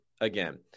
again